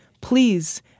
Please